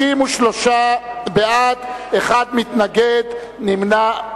63 בעד, אחד נגד, אין נמנעים.